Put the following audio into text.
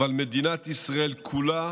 אבל מדינת ישראל כולה